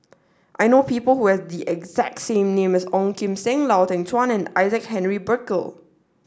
I know people who have the exact name as Ong Kim Seng Lau Teng Chuan and Isaac Henry Burkill